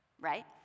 right